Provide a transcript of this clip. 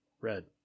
Red